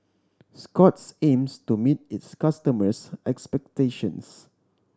Scott's aims to meet its customers' expectations